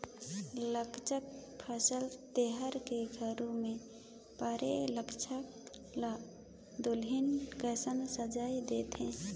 लद्दाख फसल तिहार के घरी मे पुरा लद्दाख ल दुलहिन कस सजाए देथे